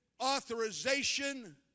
authorization